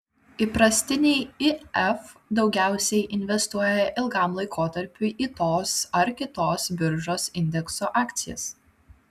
įprastiniai if daugiausiai investuoja ilgam laikotarpiui į tos ar kitos biržos indekso akcijas